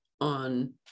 on